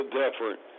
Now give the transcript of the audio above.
different